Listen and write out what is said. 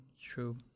True